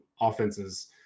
offenses